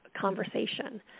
conversation